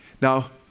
Now